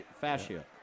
fascia